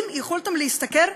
האם יכולתם להשתכר,